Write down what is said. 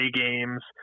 games